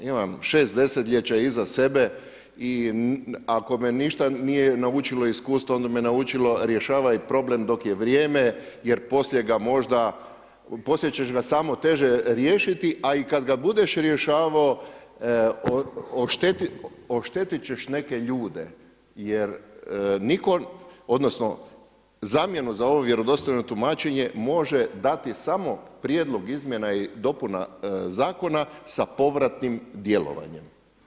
Imam 6 destljeća iza sebe i ako me ništa nije naučilo iskustvo, onda me naučilo rješavaj problem dok je vrijeme jer poslije ga možda, poslije ćeš ga samo teže riješiti, a i kad ga budeš rješavao, oštetit ćeš neke ljude jer nitko, odnosno zamjenu za ovo vjerodostojno tumačenje može dati samo prijedlog izmjena i dopuna Zakona sa povratnim djelovanjem.